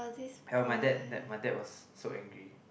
tell my dad that my dad was so angry